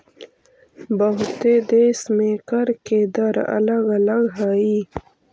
बहुते देश में कर के दर अलग अलग हई